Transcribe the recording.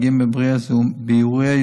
פי שניים עד שלושה בתמותת פגים ובאירועי